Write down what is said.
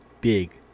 big